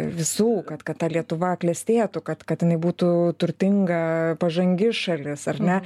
visų kad kad ta lietuva klestėtų kad kad jinai būtų turtinga pažangi šalis ar ne